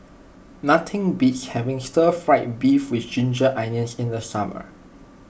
nothing beats having Stir Fry Beef with Ginger Onions in the summer